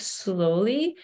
slowly